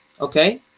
okay